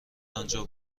انجا